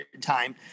time